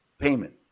payment